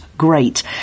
great